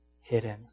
hidden